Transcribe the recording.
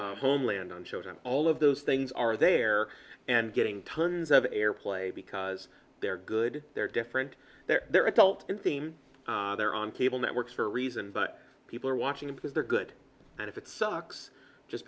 homeland on children all of those things are there and getting tons of airplay because they're good they're different they're they're adult and seem they're on cable networks for a reason but people are watching because they're good and if it sucks just